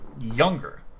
younger